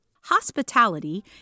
Hospitality